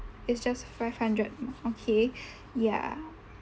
it's just five hundred mm okay ya